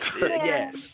yes